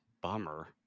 bummer